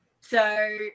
So-